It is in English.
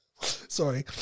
Sorry